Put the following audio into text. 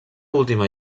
última